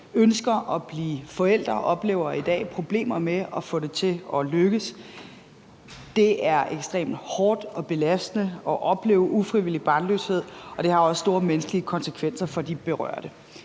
ønsker at blive forældre, oplever i dag problemer med at få det til at lykkes. Det er ekstremt hårdt og belastende at opleve ufrivillig barnløshed, og det har også store menneskelige konsekvenser for de berørte.